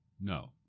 No